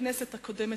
בכנסת הקודמת,